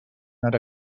not